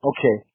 Okay